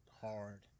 Hard